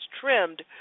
trimmed